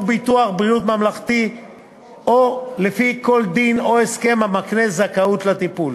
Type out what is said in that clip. ביטוח בריאות ממלכתי או לפי כל דין או הסכם המקנה זכאות לטיפול.